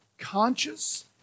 Conscious